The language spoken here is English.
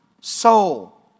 soul